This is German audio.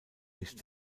nicht